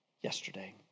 yesterday